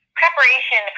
preparation